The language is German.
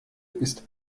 ist